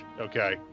okay